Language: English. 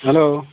hello